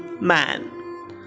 man